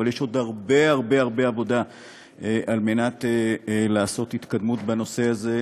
אבל יש עוד הרבה הרבה עבודה כדי לעשות התקדמות בנושא הזה,